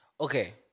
Okay